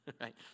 right